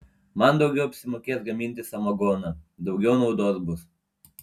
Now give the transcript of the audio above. man daugiau apsimokės gaminti samagoną daugiau naudos bus